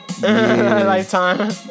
Lifetime